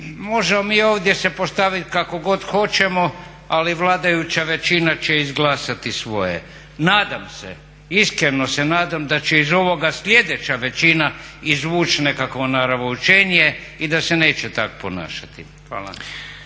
Možemo mi ovdje se postaviti kako god hoćemo, ali vladajuća većina će izglasati svoje. Nadam se, iskreno se nadam da će iz ovoga sljedeća većina izvući nekakvo …/Govornik se ne razumije./… i da se neće tak ponašati. Hvala.